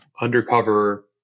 undercover